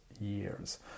years